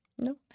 No